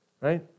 Right